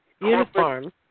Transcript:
Uniform